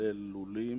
כולל לולים